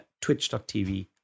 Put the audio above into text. Twitch.tv